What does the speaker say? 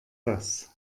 das